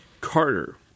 Carter